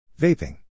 Vaping